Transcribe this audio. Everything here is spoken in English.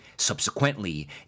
Subsequently